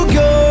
go